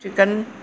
chicken